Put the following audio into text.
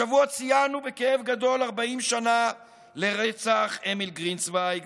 השבוע ציינו בכאב גדול 40 שנה לרצח אמיל גרינצווייג